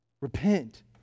Repent